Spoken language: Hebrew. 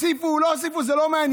הוסיפו או לא הוסיפו, זה לא מעניין.